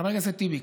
חבר הכנסת טיבי,